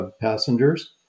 passengers